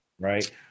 Right